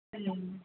hello